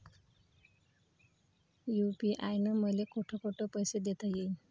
UPI न मले कोठ कोठ पैसे देता येईन?